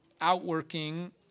outworking